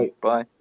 Bye